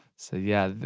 so yeah,